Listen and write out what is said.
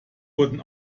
wurden